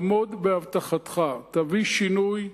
עמוד בהבטחתך, תביא שינוי,